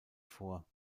vor